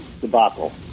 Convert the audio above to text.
debacle